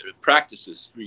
practices